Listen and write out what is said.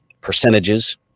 percentages